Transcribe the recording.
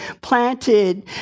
planted